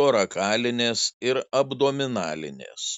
torakalinės ir abdominalinės